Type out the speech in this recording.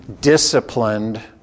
disciplined